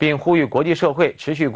being who you're going to show which is you